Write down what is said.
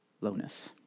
lowness